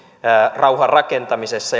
rauhan rakentamisessa